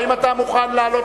האם אתה מוכן לעלות